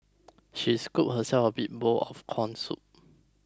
she scooped herself a big bowl of Corn Soup